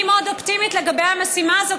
אני מאוד אופטימית לגבי המשימה הזאת,